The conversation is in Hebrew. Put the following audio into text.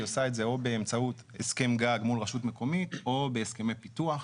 היא עושה את זה או באמצעות הסכם גג מול רשות מקומית או בהסכמי פיתוח.